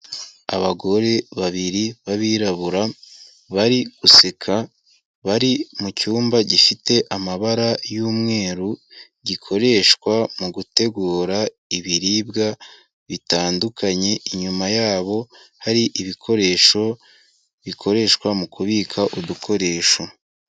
Abagore babiri b'abirabura bari guseka bari mu cyumba gifite amabara y'umweru, gikoreshwa mu gutegura ibiribwa bitandukanye, inyuma yabo hari ibikoresho bikoreshwa mu kubika udukoresho.